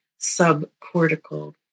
subcortical